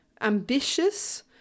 ambitious